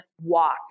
walk